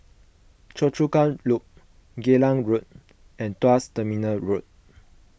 Choa Chu Kang Loop Geylang Road and Tuas Terminal Road